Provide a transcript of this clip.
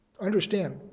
understand